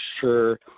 sure